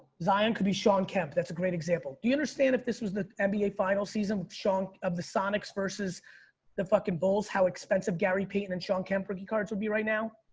zion could be shawn kemp. that's a great example. do you understand if this was the nba final season with shawn of the sonics versus the fucking bulls how expensive gary payton and shawn kemp rookie cards would be right now?